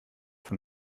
von